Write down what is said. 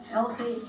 Healthy